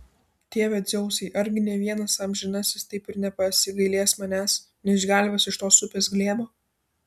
tėve dzeusai argi nė vienas amžinasis taip ir nepasigailės manęs neišgelbės iš tos upės glėbio